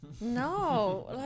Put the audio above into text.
No